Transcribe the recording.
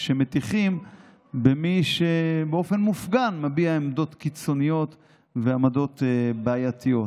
שמטיחים במי שבאופן מופגן מביע עמדות קיצוניות ועמדות בעייתיות.